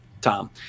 Tom